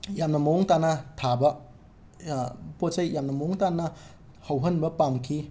ꯌꯥꯝꯅ ꯃꯑꯣꯡ ꯇꯥꯅ ꯊꯥꯕ ꯄꯣꯠ ꯆꯩ ꯌꯥꯝꯅ ꯃꯑꯣꯡ ꯇꯥꯅ ꯍꯧꯍꯟꯕ ꯄꯥꯝꯈꯤ